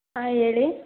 ಹಾಂ ಹೇಳಿ